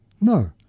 No